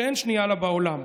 שאין שנייה לה בעולם,